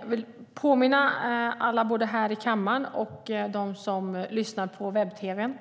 Jag vill påminna alla här i kammaren och dem som lyssnar på webb-tv